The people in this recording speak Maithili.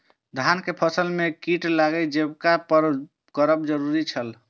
धान के फसल में कीट लागि जेबाक पर की करब जरुरी छल?